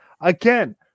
again